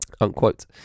Unquote